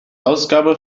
ausgabe